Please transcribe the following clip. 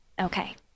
Okay